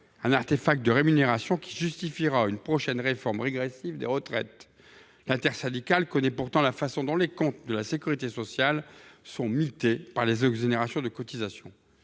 un artefact de rémunération qui justifiera une prochaine réforme régressive des retraites. L’intersyndicale connaît pourtant la façon dont les comptes de la sécurité sociale sont mités par les exonérations de cotisations.